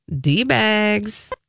D-bags